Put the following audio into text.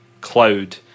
Cloud